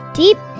deep